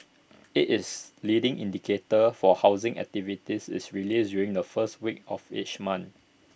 IT is leading indicator for housing activity is released during the first week of each month